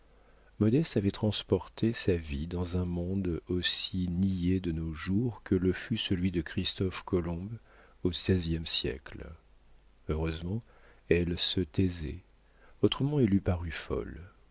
avait transporté sa vie dans un monde aussi nié de nos jours que le fut celui de christophe colomb au seizième siècle heureusement elle se taisait autrement elle eût paru folle